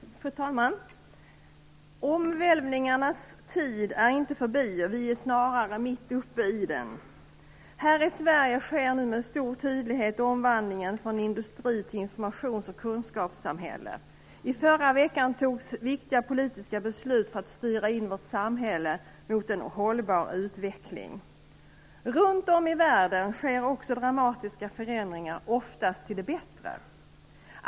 Fru talman! Omvälvningarnas tid är inte förbi; vi är snarare mitt uppe i den. Här i Sverige sker nu med stor tydlighet omvandlingen från industri till informations och kunskapssamhälle. I förra veckan fattades viktiga politiska beslut för att styra vårt samhälle mot en hållbar utveckling. Runt om i världen sker också dramatiska förändringar, oftast till det bättre.